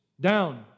down